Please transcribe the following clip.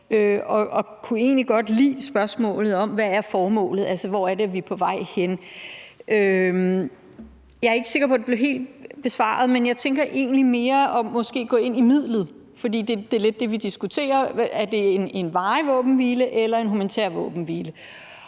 jeg kunne egentlig godt lide spørgsmålet om, hvad formålet er. Altså, hvor er det, at vi er på vej hen? Jeg er ikke sikker på, at det blev helt besvaret, men jeg tænker måske egentlig mere på at gå ind i det om midlet, for det er lidt det, vi diskuterer. Er det en varig våbenhvile eller en humanitær våbenhvile?